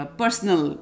personal